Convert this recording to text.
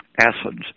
acids